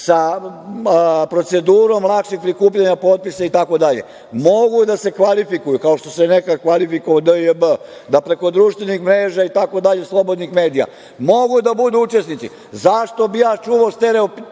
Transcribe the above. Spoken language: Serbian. sa procedurom lakšeg prikupljanja potpisa i tako dalje, mogu da se kvalifikuju, kao što se nekada kvalifikovao DJB da preko društvenih mreža i tako dalje, slobodnih medija mogu da budu učesnici. Zašto bih ja čuvao stereotipne